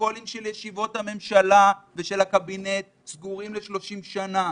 הפרוטוקולים של ישיבות הממשלה ושל הקבינט סגורים ל-30 שנה.